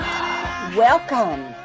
Welcome